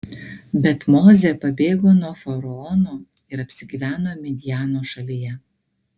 bet mozė pabėgo nuo faraono ir apsigyveno midjano šalyje